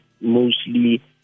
mostly